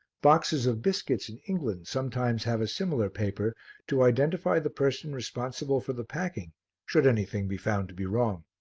boxes of biscuits in england sometimes have a similar paper to identify the person responsible for the packing should anything be found to be wrong.